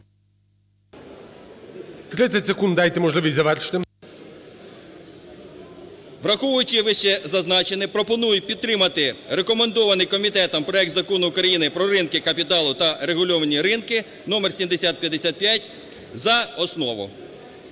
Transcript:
30 секунд, дайте можливість завершити. ДЕМЧАК Р.Є. Враховуючи вищезазначене, пропоную підтримати рекомендований комітетом проект Закону України про ринки капіталу та регульовані ринки (№ 7055) за основу.